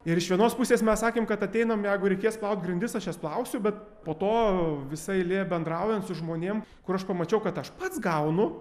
ir iš vienos pusės mes sakėm kad ateinam jeigu reikės plaut grindis aš jas plausiu bet po to visa eilė bendraujant su žmonėm kur aš pamačiau kad aš pats gaunu